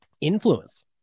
influence